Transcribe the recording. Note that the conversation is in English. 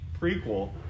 prequel